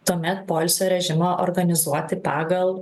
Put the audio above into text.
tuomet poilsio režimą organizuoti pagal